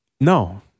No